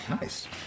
Nice